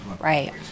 Right